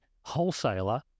wholesaler